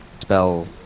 spell